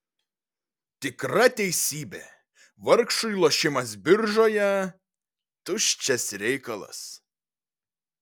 tikra teisybė vargšui lošimas biržoje tuščias reikalas